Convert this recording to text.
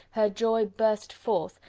her joy burst forth,